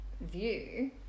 view